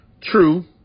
True